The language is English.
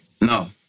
No